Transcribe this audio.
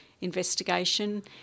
investigation